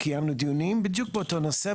קיימנו דיונים בדיוק באותו נושא,